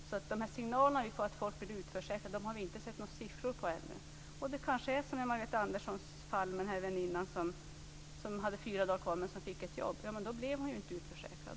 När det gäller de signaler som vi fått om att människor blir utförsäkrade har vi alltså ännu inte sett några siffror. Det är kanske som i det fall som Margareta Andersson nämnde - väninnan som hade fyra dagar kvar men som fick ett jobb. Då blev hon ju inte utförsäkrad.